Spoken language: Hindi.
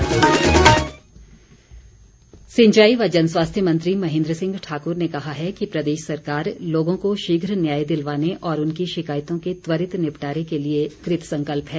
जनमंच सिंचाई व जन स्वास्थ्य मंत्री महेन्द्र सिंह ठाकुर ने कहा है कि प्रदेश सरकार लोगों को शीघ्र न्याय दिलवाने और उनकी शिकायतों के त्वरित निपटारे के लिए कृतसंकल्प है